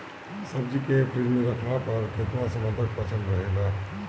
सब्जी के फिज में रखला पर केतना समय तक बचल रहेला?